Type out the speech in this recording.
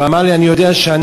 ואמר לי: אני יודע שאני,